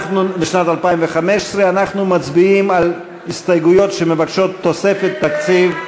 לשנת 2015. אנחנו מצביעים על הסתייגויות שמבקשות תוספת תקציב.